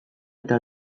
eta